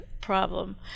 problem